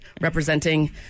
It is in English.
Representing